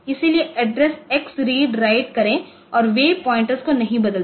इसलिए address X read write करें और वे प्वाइंटर्स को नहीं बदलते हैं